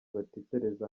batekereza